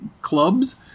clubs